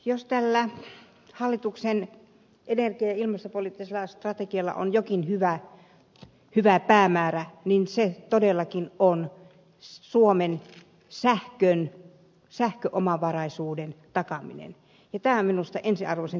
jos tällä hallituksen energia ja ilmastopoliittisella strategialla on jokin hyvä päämäärä niin se todellakin on suomen sähköomavaraisuuden takaaminen ja tämä on minusta ensiarvoisen tärkeää